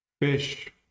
Fish